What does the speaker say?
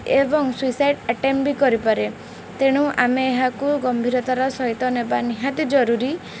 ଏବଂ ସୁଇସାଇଡ଼୍ ଆଟେମ୍ଟବି କରିପାରେ ତେଣୁ ଆମେ ଏହାକୁ ଗମ୍ଭୀରତାର ସହିତ ନେବା ନିହାତି ଜରୁରୀ